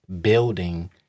building